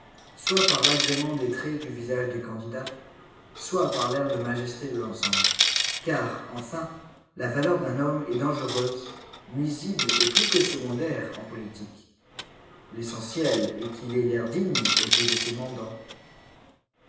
soit par l'agrément des traits du visage des candidats soit par l'air de majesté de l'ensemble car enfin la valeur d'un homme est dangereuse nuisible et plus que secondaire en politique l'essentiel est qu'il ait l'air digne aux yeux de ses mandants